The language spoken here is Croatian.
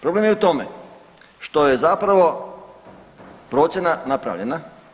Problem je u tome što je zapravo procjena napravljena.